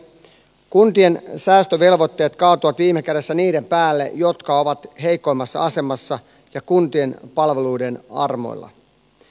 kuntien säästövelvoitteet kaatuvat viime kädessä niiden päälle jotka ovat heikoimmassa asemassa ja kuntien palveluiden armoilla